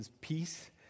peace